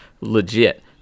legit